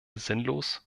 sinnlos